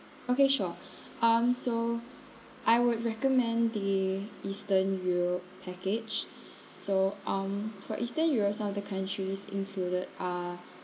okay sure um so I would recommend the eastern europe package so um for eastern europe some of the countries included are